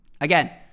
Again